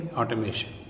automation